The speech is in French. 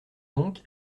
donc